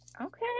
Okay